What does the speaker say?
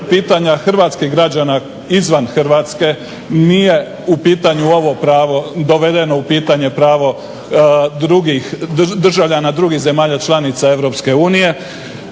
pitanja hrvatskih građana izvan Hrvatske nije u pitanju ovo pravo, dovedeno u pitanje pravo državljana drugih zemalja članica EU tim više